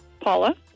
Paula